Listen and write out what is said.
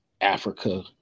Africa